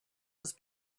was